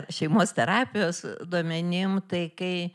šeimos terapijos duomenim tai kai